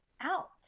out